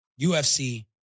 UFC